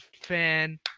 fan